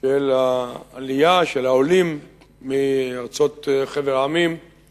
של העולים מחבר המדינות